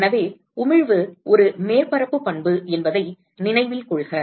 எனவே உமிழ்வு ஒரு மேற்பரப்பு பண்பு என்பதை நினைவில் கொள்க